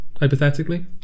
hypothetically